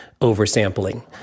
oversampling